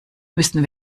müssen